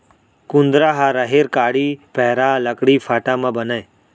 कुंदरा ह राहेर कांड़ी, पैरा, लकड़ी फाटा म बनय